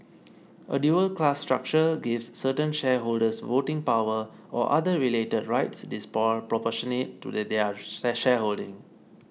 a dual class structure gives certain shareholders voting power or other related rights disproportionate to their shareholding